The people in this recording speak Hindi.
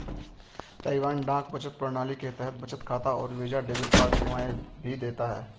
ताइवान डाक बचत प्रणाली के तहत बचत खाता और वीजा डेबिट कार्ड सेवाएं भी देता है